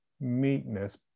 meekness